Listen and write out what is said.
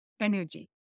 energy